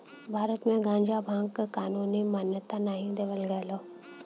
भारत में गांजा भांग क कानूनी मान्यता नाही देवल गयल हौ